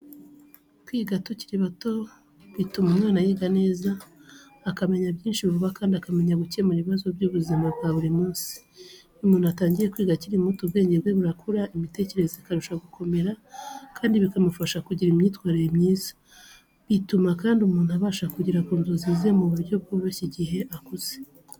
Kwiga tukiri bato bituma umwana yiga neza, akamenya byinshi vuba kandi akamenya gukemura ibibazo by’ubuzima bwa buri munsi. Iyo umuntu atangiye kwiga akiri muto, ubwenge bwe burakura, imitekerereze ikarushaho gukomera, kandi bimufasha kugira imyitwarire myiza. Bituma kandi umuntu abasha kugera ku nzozi ze mu buryo bworoshye igihe akuze.